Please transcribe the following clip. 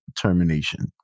termination